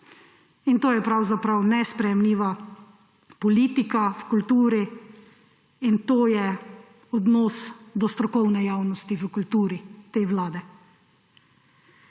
In to je pravzaprav nesprejemljiva politika v kulturi, in to je odnos do strokovne javnosti v kulturi te vlade.